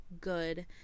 good